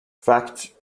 fact